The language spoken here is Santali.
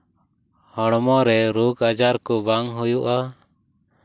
ᱦᱚᱲᱢᱚ ᱨᱮ ᱨᱳᱜᱽ ᱟᱡᱟᱨ ᱠᱚ ᱵᱟᱝ ᱦᱩᱭᱩᱜᱼᱟ